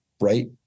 right